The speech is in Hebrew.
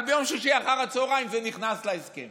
אבל ביום שישי אחר הצוהריים זה נכנס להסכם